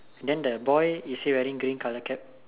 then the boy is he wearing green color cap